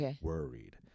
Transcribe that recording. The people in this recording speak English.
worried